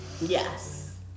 Yes